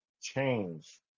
change